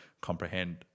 comprehend